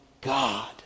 God